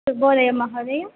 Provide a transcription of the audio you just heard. शुभोदयः महोदय